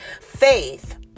Faith